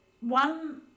one